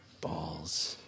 Balls